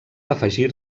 afegir